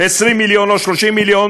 20 מיליון או 30 מיליון,